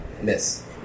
Miss